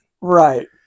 Right